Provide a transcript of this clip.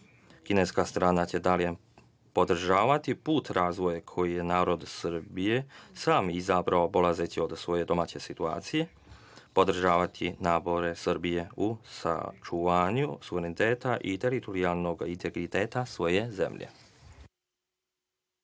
Kineska strana će i dalje podržavati put razvoja koji je narod Srbije sam izabrao polazeći od svoje domaće situacije, podržavati napore Srbije u očuvanju suvereniteta i teritorijalnog integriteta svoje zemlje.